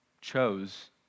chose